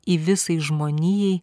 į visai žmonijai